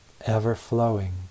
ever-flowing